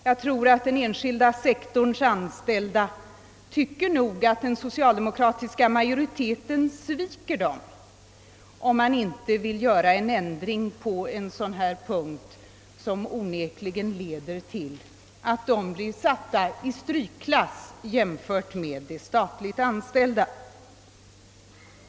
Jag tror att den enskilda sektorns anställda anser att den socialdemokratiska majoriteten sviker dem om det inte kommer till stånd en ändring på den här punkten. I annat fall skulle de onekligen bli satta i strykklass jämförda med de statligt anställ da.